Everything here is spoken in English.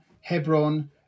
Hebron